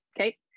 okay